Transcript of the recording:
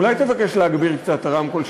אולי תבקש להגביר קצת את הרמקול,